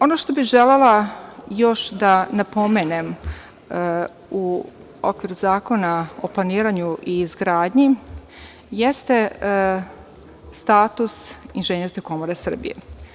Ono što bih želela još da napomenem u okviru Zakona o planiranju i izgradnji jeste status Inženjerske komore Srbije.